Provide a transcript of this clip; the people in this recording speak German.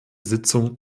sitzung